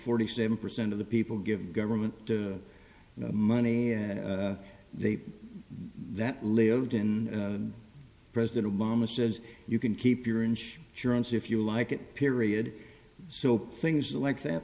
forty seven percent of the people give government money they that lived in president obama says you can keep your inch surance if you like it period so things like that